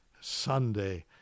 Sunday